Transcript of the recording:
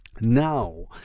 Now